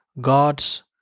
God's